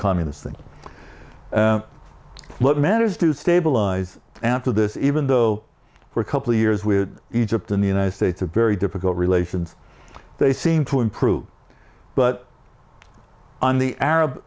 communist thing what matters to stabilize and to this even though for a couple of years we egypt in the united states a very difficult relations they seem to improve but on the arab